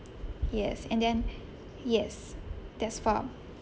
yes and then yes that's for